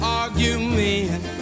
argument